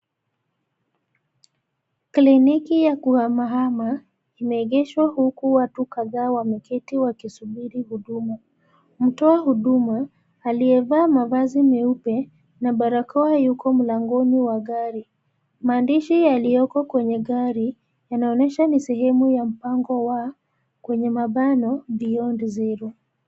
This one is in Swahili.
kliniki ya kuhamahama imeegeshwa huku watu kadhaa wameketi wakisubiri huduma. Mtoa huduma aliyevaa mavazi meupe na barakoa yuko mlangoni wa gari. Maandishi yaliyoko kwenye gari yanaonyesha ni sehemu ya mpango wa (Beyond Zero).